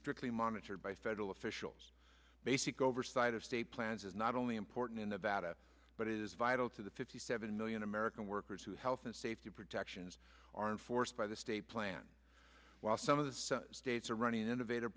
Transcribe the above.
strictly monitored by federal officials basic oversight of state plans is not only important in the vat a but it is vital to the fifty seven million american workers who health and safety protections are enforced by the state plan while some of the states are running innovative